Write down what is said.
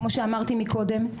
כמו שאמרתי קודם,